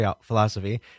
philosophy